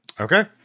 Okay